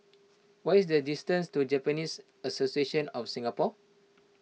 what is the distance to Japanese Association of Singapore